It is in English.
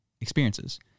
experiences